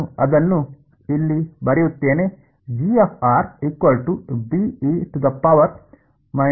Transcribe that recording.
ನಾನು ಅದನ್ನು ಇಲ್ಲಿ ಬರೆಯುತ್ತೇನೆಸರಿ